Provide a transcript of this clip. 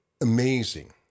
amazing